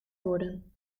worden